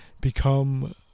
become